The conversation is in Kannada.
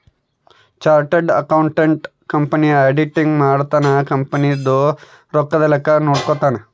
ಚಾರ್ಟರ್ಡ್ ಅಕೌಂಟೆಂಟ್ ಕಂಪನಿ ಆಡಿಟಿಂಗ್ ಮಾಡ್ತನ ಕಂಪನಿ ದು ರೊಕ್ಕದ ಲೆಕ್ಕ ನೋಡ್ಕೊತಾನ